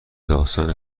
داستان